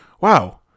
wow